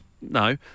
No